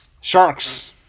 Sharks